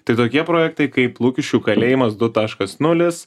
tai tokie projektai kaip lukiškių kalėjimas du taškas nulis